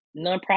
nonprofit